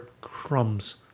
crumbs